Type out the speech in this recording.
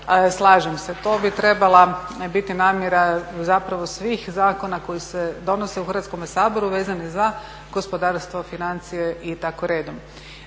Slažem se, to bi trebala biti namjera zapravo svih zakona koji se donose u Hrvatskom saboru vezano za gospodarstvo, financije i tako redom.